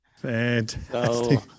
Fantastic